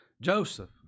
Joseph